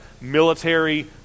military